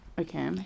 Okay